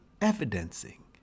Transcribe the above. evidencing